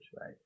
right